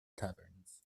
taverns